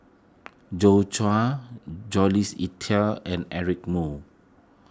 Joi Chua Jules Itier and Eric Moo